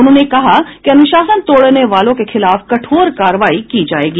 उन्होंने कहा कि अनुशासन तोड़ने वालों के खिलाफ कठोर कार्रवाई की जायेगी